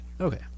Okay